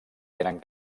tenen